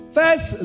first